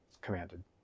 commanded